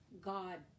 God